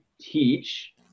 teach